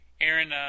Aaron